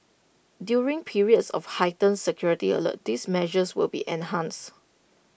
during periods of heightened security alert these measures will be enhanced